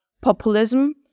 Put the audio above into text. populism